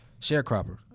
sharecropper